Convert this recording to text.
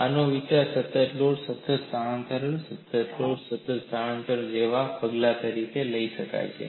આનો વિચાર સતત લોડ સતત સ્થાનાંતરણ સતત લોડ સતત સ્થાનાંતરણ જેવા પગલાં તરીકે થઈ શકે છે